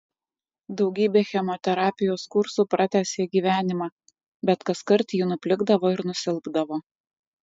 daugybė chemoterapijos kursų pratęsė gyvenimą bet kaskart ji nuplikdavo ir nusilpdavo